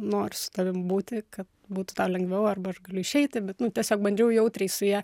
noriu su tavim būti kad būtų lengviau arba aš galiu išeiti bet nu tiesiog bandžiau jautriai su ja